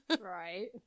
Right